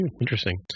interesting